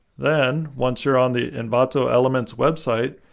then, once you are on the envato elements website,